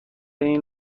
این